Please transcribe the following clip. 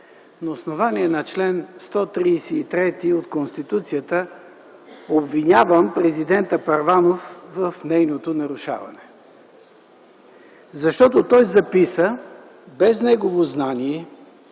на основание на чл. 133 от Конституцията обвинявам Президента Първанов в нейното нарушаване. Защото той записа без негово знание